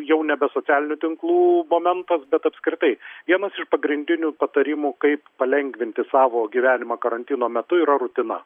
jau nebe socialinių tinklų momentas bet apskritai vienas iš pagrindinių patarimų kaip palengvinti savo gyvenimą karantino metu yra rutina